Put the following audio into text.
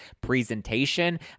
presentation